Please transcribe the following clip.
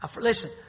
Listen